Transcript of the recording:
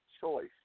choice